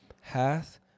hath